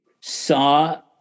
saw